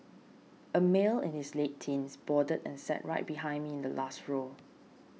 a male in his late teens boarded and sat right behind me in the last row